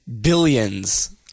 billions